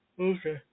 Okay